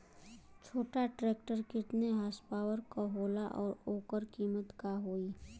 छोटा ट्रेक्टर केतने हॉर्सपावर के होला और ओकर कीमत का होई?